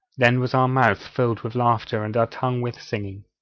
then was our mouth filled with laughter, and our tongue with singing